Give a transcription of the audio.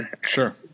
Sure